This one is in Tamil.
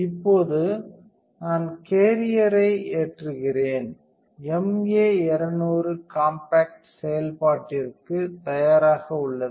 இப்போது நான் கேரியரை ஏற்றுகிறேன் MA 200 காம்பாக்ட் செயல்பாட்டிற்கு தயாராக உள்ளது